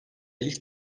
ilk